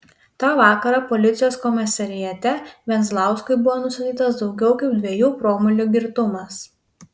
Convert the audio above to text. tą vakarą policijos komisariate venzlauskui buvo nustatytas daugiau kaip dviejų promilių girtumas